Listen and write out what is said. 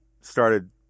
started